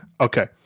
Okay